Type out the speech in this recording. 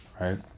right